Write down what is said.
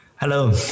Hello